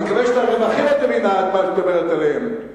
אני מקווה שאת הרווחים שאת מדברת עליהם את מבינה.